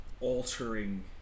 altering